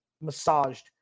massaged